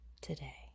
today